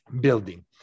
building